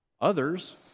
others